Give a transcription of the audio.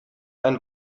ein